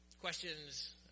questions